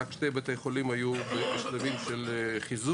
רק שני בתי חולים היו בשלבים של חיזוק.